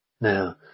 Now